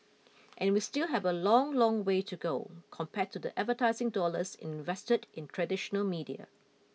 and we still have a long long way to go compared to the advertising dollars invested in traditional media